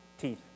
teeth